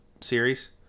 series